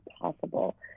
possible